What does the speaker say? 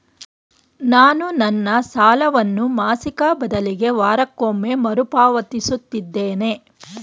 ನಾನು ನನ್ನ ಸಾಲವನ್ನು ಮಾಸಿಕ ಬದಲಿಗೆ ವಾರಕ್ಕೊಮ್ಮೆ ಮರುಪಾವತಿಸುತ್ತಿದ್ದೇನೆ